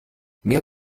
mehr